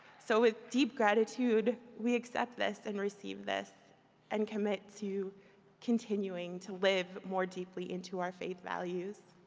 so with deep gratitude, we accept this and receive this and commit to continuing to live more deeply into our faith values.